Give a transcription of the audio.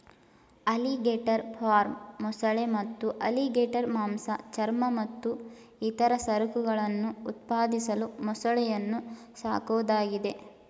alligator farm ಮೊಸಳೆ ಮತ್ತು alligator ಮಾಂಸ ಚರ್ಮ ಮತ್ತು ಇತರ ಸರಕುಗಳನ್ನು ಉತ್ಪಾದಿಸಲು ಮೊಸಳೆಯನ್ನು ಸಾಕೋದಾಗಿದೆ